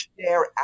share